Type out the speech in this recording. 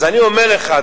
אז אני אומר לך,